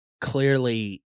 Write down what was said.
clearly